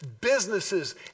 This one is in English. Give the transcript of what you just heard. businesses